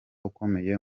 ukomeye